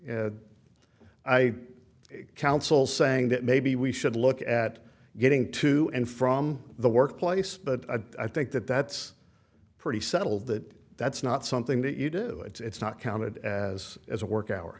time i counsel saying that maybe we should look at getting to and from the workplace but i think that that's pretty settled that that's not something that you do it's not counted as as a work ou